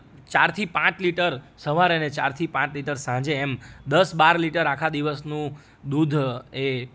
ચારથી પાંચ લિટર સવારેને ચારથી પાંચ લિટર સાંજે એમ દસ બાર લિટર આખા દિવસનું દૂધ એ